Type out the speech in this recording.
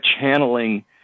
channeling